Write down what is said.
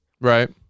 Right